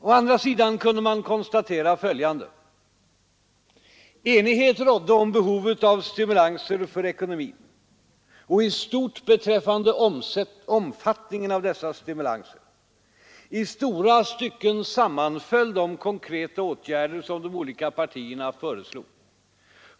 Å andra sidan kunde man konstatera följande: Enighet rådde om behovet av stimulanser för ekonomin, och i stort beträffande omfattningen av dessa stimulanser. I stora stycken sammanföll de konkreta åtgärder som de olika partierna föreslog.